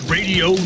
Radio